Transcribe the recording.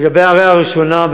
לגבי ההערה הראשונה,